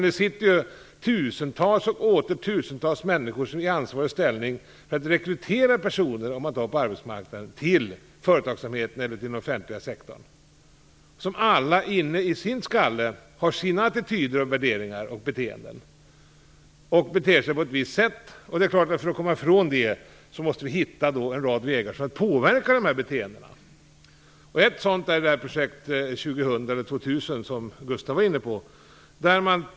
Det sitter tusentals och åter tusentals människor i ansvarig ställning och rekryterar personer, om man tar arbetsmarknaden som exempel, till företagsamheten eller till den offentliga sektorn som alla inne i sin skalle har sina attityder, värderingar och beteenden. För att komma ifrån det måste vi hitta en rad vägar för att påverka de här beteendena. Ett sådant är Projekt 2000, som Gustaf von Essen var inne på.